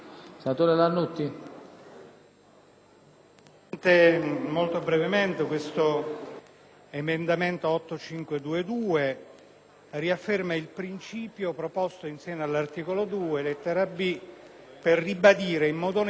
l'emendamento 8.522 riafferma il principio proposto in seno all'articolo 2, comma 2, lettera *b)*, per ribadire in modo netto la necessità di limitare il ricorso alle compartecipazioni, viste quale strumento opaco